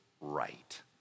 right